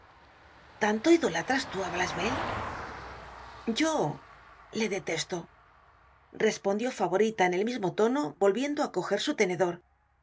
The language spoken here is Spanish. tanto idolatras a tu blachevelle yo lie detesto respondió favorita en el mismo tono volviendo á coger su tenedor